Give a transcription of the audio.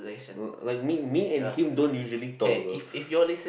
like me me and him don't usually talk also